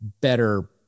better